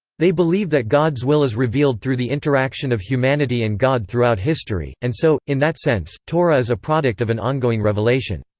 they believe that god's will is revealed through the interaction of humanity and god throughout history, and so, in that sense, torah is a product of an ongoing revelation.